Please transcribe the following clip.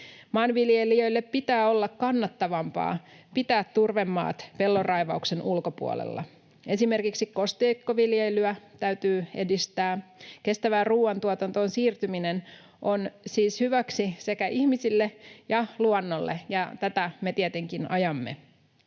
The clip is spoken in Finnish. Maanviljelijöille pitää olla kannattavampaa pitää turvemaat pellonraivauksen ulkopuolella. Esimerkiksi kosteikkoviljelyä täytyy edistää. Kestävään ruuantuotantoon siirtyminen on siis hyväksi sekä ihmisille että luonnolle, ja tätä me tietenkin ajamme.